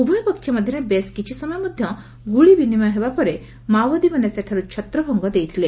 ଉଭୟ ପକ୍ଷ ମଧ୍ଧରେ ବେଶ କିଛି ସମୟ ମଧ୍ଧରେ ଗ୍ରଳି ବିନିମୟ ହେବାପରେ ମାଓବାଦୀମାନେ ସେଠାରୁ ଛତ୍ରଭଙ୍ଗ ଦେଇଥିଲେ